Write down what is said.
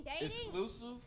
Exclusive